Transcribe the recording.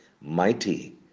mighty